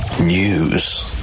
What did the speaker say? News